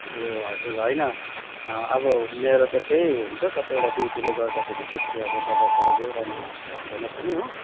ए हजुर होइन अब मेरो त त्यही हुन्छ कतिवटा ड्युटीले गर्दाखेरि त्यसरी अब बजारतिर गइरहनु भ्याउँदिनँ पनि हो